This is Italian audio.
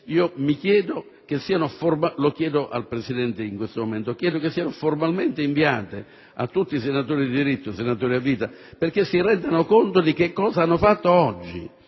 Cossiga siano formalmente inviate a tutti i senatori di diritto e a vita perché si rendano conto di cosa hanno fatto oggi,